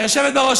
היושבת בראש,